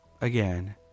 Again